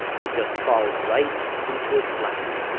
they just fall right into its lap